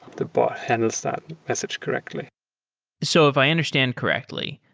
the bot handles that message correctly so if i understand correctly,